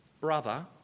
Brother